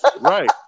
Right